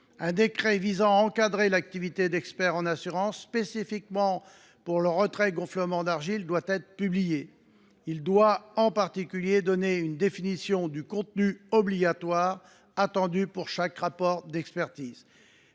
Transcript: Un décret visant à encadrer l’activité de ces experts spécifiquement pour le retrait gonflement des argiles doit être publié. Il doit, en particulier, donner une définition du contenu obligatoire attendu pour chaque rapport d’expertise.